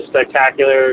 spectacular